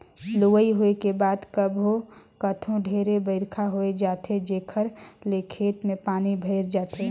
लुवई होए के बाद कभू कथों ढेरे बइरखा होए जाथे जेखर ले खेत में पानी भइर जाथे